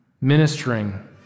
ministering